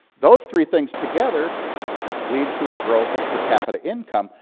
those three things together lead to the growth of per capita income,